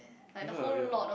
ya ya